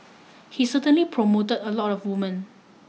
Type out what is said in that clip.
he certainly promoted a lot of women